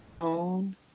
own